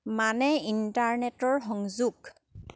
মানে ইণ্টাৰনেটৰ সংযোগ